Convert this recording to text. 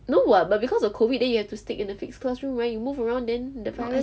no [what] but because of COVID then you have to stick in a fixed classroom when you move around then the virus